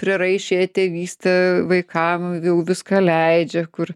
prieraišią tėvystę vaikam jau viską leidžia kur